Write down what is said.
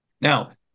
Now